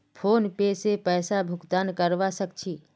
PhonePe से पैसार भुगतान करवा सकछी